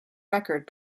record